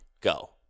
Go